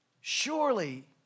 surely